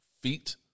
feet